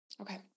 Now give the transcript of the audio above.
Okay